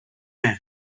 men